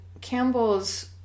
Campbell's